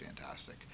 fantastic